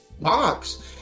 box